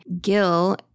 Gil